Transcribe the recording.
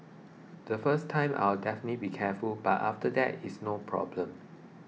the first time I'll definitely be careful but after that it's no problem